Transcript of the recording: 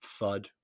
fud